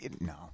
no